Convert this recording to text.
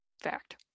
fact